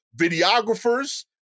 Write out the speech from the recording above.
videographers